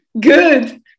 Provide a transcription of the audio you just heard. Good